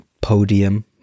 podium